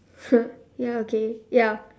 ya okay ya